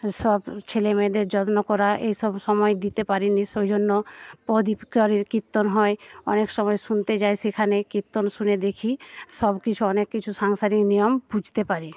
সব ছেলেমেয়েদের যত্ন করা এসব সময় দিতে পারিনি সৌজন্য প্রদীপকারের কীর্তন হয় অনেক সময় শুনতে যাই সেখানে কীর্তন শুনে দেখি সব কিছু অনেক কিছু সাংসারিক নিয়ম বুঝতে পারি